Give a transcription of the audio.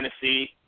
Tennessee